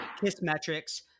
Kissmetrics